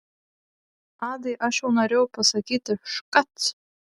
adai aš jau norėjau pasakyti škač